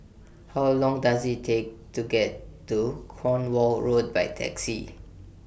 How Long Does IT Take to get to Cornwall Road By Taxi